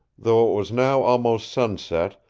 though it was now almost sunset,